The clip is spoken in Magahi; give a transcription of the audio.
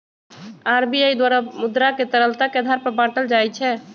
आर.बी.आई द्वारा मुद्रा के तरलता के आधार पर बाटल जाइ छै